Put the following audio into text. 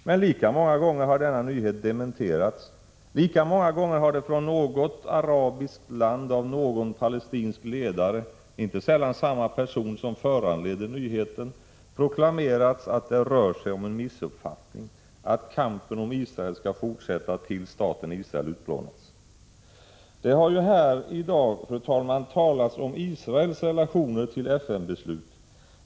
Men lika många gånger har denna nyhet dementerats, lika många gånger har det från något arabiskt land av någon palestinsk ledare, inte sällan samma person som föranledde nyheten, proklamerats att det rör sig om en missuppfattning, att kampen mot Israel skall fortsätta tills staten Israel utplånats. Det har här i dag, fru talman, talats om Israels relationer till FN-beslut.